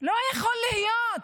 לא יכול להיות,